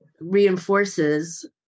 reinforces